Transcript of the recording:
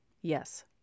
Yes